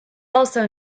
also